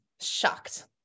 shocked